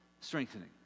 strengthening